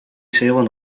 sailing